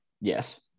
Yes